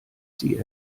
sie